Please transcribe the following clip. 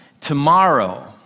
tomorrow